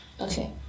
Okay